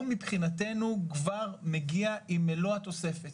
הוא מבחינתנו כבר מגיע עם מלוא התוספת.